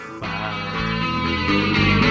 Bye